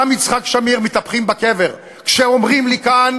גם יצחק שמיר מתהפכים בקבר כשאומרים לי כאן